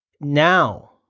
now